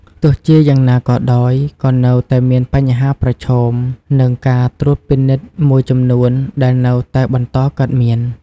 ទោះជាយ៉ាងណាក៏ដោយ ក៏នៅតែមានបញ្ហាប្រឈម និងការត្រួតពិនិត្យមួយចំនួនដែលនៅតែបន្តកើតមាន។